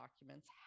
documents